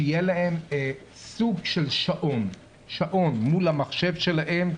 שיהיה להם סוג של שעון מול המחשב שלהם,